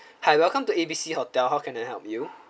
hi welcome to A B C hotel how can I help you